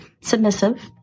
submissive